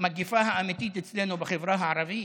המגפה האמיתית אצלנו בחברה הערבית